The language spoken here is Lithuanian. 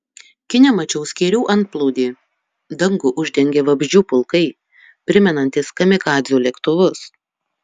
kine mačiau skėrių antplūdį dangų uždengė vabzdžių pulkai primenantys kamikadzių lėktuvus